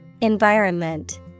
environment